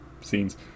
scenes